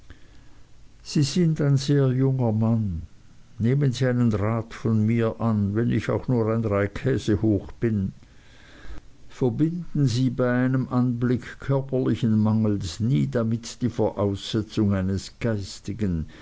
sie sind ein sehr junger mann nehmen sie einen rat von mir an wenn ich auch nur ein dreikäsehoch bin verbinden sie bei einem anblick körperlichen mangels nie damit die voraussetzung eines geistigen